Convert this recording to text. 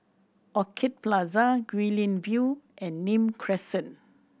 Orchid Plaza Guilin View and Nim Crescent